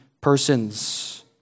persons